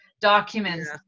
documents